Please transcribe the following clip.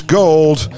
gold